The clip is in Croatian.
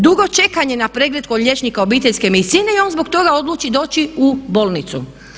Dugo čekanje na pregled kod liječnika obiteljske medicine i on zbog toga odluči doći u bolnicu.